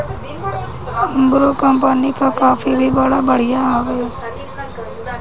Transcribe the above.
Bru company कअ coffee भी बड़ा बढ़िया हवे